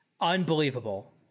Unbelievable